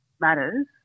matters